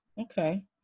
Okay